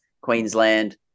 Queensland